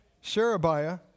Sherebiah